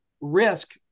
risk